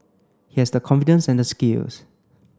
he has the confidence and the skills